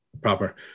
proper